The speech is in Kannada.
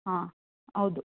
ಹಾಂ ಹೌದು